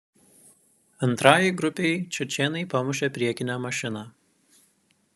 antrajai grupei čečėnai pamušė priekinę mašiną